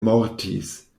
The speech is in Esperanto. mortis